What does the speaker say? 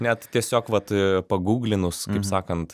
net tiesiog vat paguglinus taip sakant